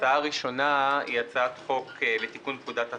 הצעה ראשונה היא הצעת חוק לתיקון פקודת התעבורה,